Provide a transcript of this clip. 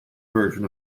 version